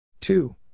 Two